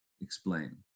explain